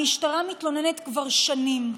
המשטרה מתלוננת כבר שנים,